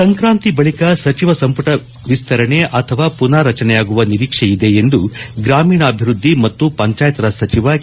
ಸಂಕ್ರಾಂತಿ ಬಳಿಕ ಸಚಿವ ಸಂಪುಟ ವಿಸ್ತರಣೆ ಅಥವಾ ಪುನರ್ ರಚನೆಯಾಗುವ ನಿರೀಕ್ಷೆಯಿದೆ ಎಂದು ಗ್ರಾಮೀಣಾಭಿವೃದ್ದಿ ಮತ್ತು ಪಂಚಾಯತ್ ರಾಜ್ ಸಚಿವ ಕೆ